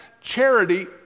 Charity